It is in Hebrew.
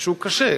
שהוא קשה,